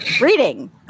reading